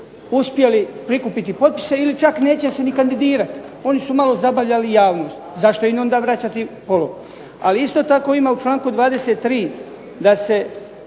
uspjeli prikupiti potpise ili čak neće se ni kandidirati. Oni su malo zabavljali javnost, zašto im onda vraćati polog? Ali isto tako ima u članku 23. da se